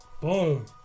Boom